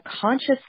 conscious